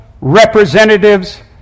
representatives